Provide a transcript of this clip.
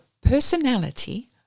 personality